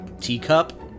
teacup